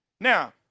Now